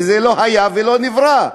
וזה לא היה ולא נברא?